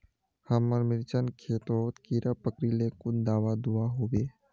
हमार मिर्चन खेतोत कीड़ा पकरिले कुन दाबा दुआहोबे?